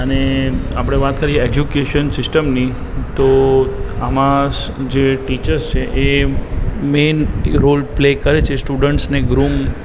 અને આપણે વાત કરીએ એજ્યુકેશન સિસ્ટમની તો આમાં જે ટીચર્સ છે એ મેઇન રોલ પ્લે કરે છે સ્ટુડન્ટને ગ્રુમ